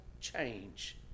change